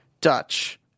Dutch